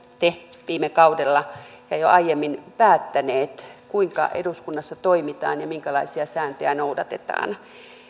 te ovat viime kaudella ja jo aiemmin päättäneet kuinka eduskunnassa toimitaan ja minkälaisia sääntöjä noudatetaan